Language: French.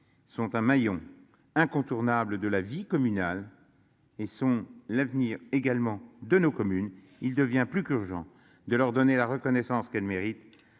sont un maillon incontournable de la vie communale. Et sont l'avenir également de nos communes. Il devient plus qu'urgent de leur donner la reconnaissance qu'elle mérite.